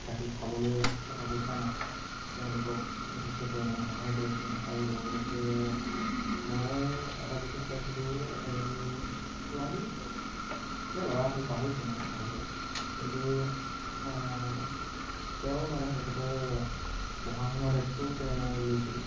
থাকি খাবলৈ টকা পইচা নাই তেওঁলোকক যথেষ্ট পৰিমাণে সহায় কৰিছে আৰু লগতে মই এটা ভিডিঅ'ত পাইছিলোঁ এজনী ছোৱালী নে ল'ৰা আছিল পাহৰিছোঁ মই ভালকৈ কিন্তু তেওঁৰ মানে তেখেতৰ পঢ়া শুনা দায়িত্বও তেওঁ লৈছিল